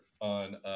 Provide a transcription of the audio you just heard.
on